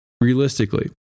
Realistically